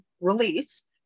release